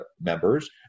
members